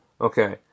Okay